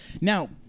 Now